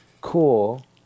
cool